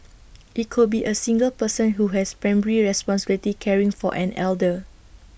IT could be A single person who has primary responsibility caring for an elder